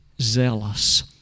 zealous